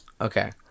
Okay